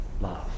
love